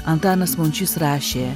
antanas mončys rašė